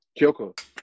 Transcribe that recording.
Kyoko